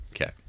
Okay